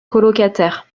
colocataire